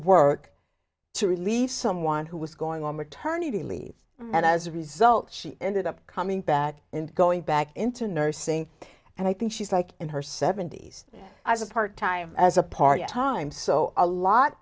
work to relieve someone who was going on maternity leave and as a result she ended up coming back and going back into nursing and i think she's like in her seventy's as a part time as a part time so a lot